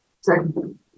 Second